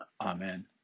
Amen